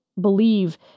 believe